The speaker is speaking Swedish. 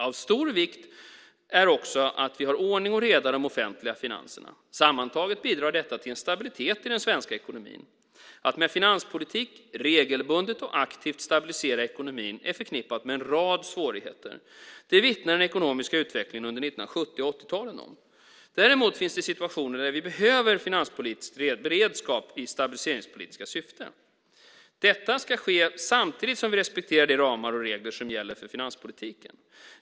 Av stor vikt är också att vi har ordning och reda i de offentliga finanserna. Sammantaget bidrar detta till stabilitet i den svenska ekonomin. Att med hjälp av finanspolitik regelbundet och aktivt stabilisera ekonomin är förknippat med en rad svårigheter. Det vittnar den ekonomiska utvecklingen under 1970 och 1980-talen om. Däremot finns det situationer där vi behöver finanspolitisk beredskap i stabiliseringspolitiska syften. Detta ska ske samtidigt som vi respekterar de ramar och regler som gäller för finanspolitiken.